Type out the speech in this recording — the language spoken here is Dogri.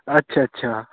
अच्छा अच्छा